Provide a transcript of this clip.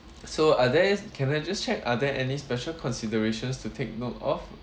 so are there can I just check are there any special considerations to take note of